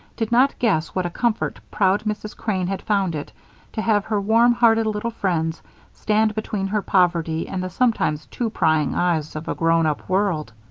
did not guess what a comfort proud mrs. crane had found it to have her warm-hearted little friends stand between her poverty and the sometimes-too-prying eyes of a grown-up world.